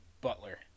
Butler